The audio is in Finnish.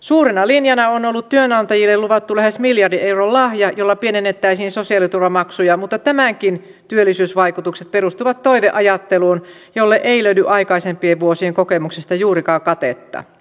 suurena linjana on ollut työnantajille luvattu lähes miljardin euron lahja jolla pienennettäisiin sosiaaliturvamaksuja mutta tämänkin työllisyysvaikutukset perustuvat toiveajatteluun jolle ei löydy aikaisempien vuosien kokemuksesta juurikaan katetta